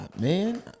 Man